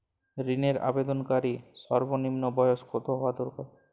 ঋণের আবেদনকারী সর্বনিন্ম বয়স কতো হওয়া দরকার?